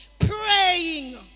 Praying